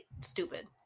stupid